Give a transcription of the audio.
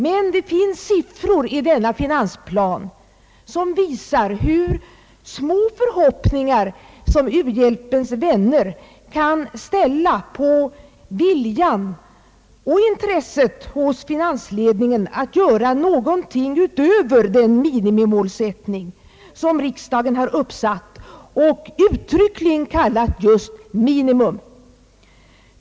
Men det finns siffror i denna finansplan som visar hur små förhoppningar som u-hjälpens vänner kan ställa på viljan och intresset hos finansledningen att göra någonting utöver den minimimålsättning som riksdagen har uppsatt och uttryckligen kallat just minimum.